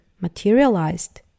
materialized